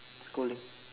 schooling